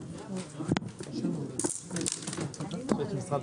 13:41.